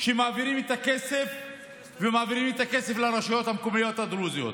שמעבירים את הכסף לרשויות המקומיות הדרוזיות.